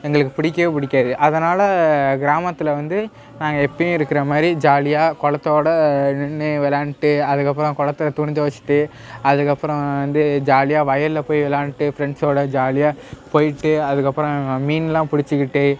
எங்களுக்கு பிடிக்கியே பிடிக்காது அதனால கிராமத்தில் வந்து நாங்கள் எப்பயும் இருக்குற மாதிரி ஜாலியாக குளத்தோட நின்று விளாண்ட்டு அதுக்கப்பறம் குளத்துல துணி துவச்சிட்டு அதுக்கப்பறம் வந்து ஜாலியாக வயல்ல போய் விளாண்ட்டு ஃப்ரெண்ட்ஸோட ஜாலியாக போய்ட்டு அதுக்கப்பறம் மீன்லாம் பிடிச்சிக்கிட்டு